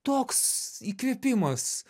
toks įkvėpimas